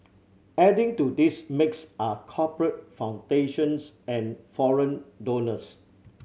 adding to this mix are corporate foundations and foreign donors